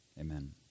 Amen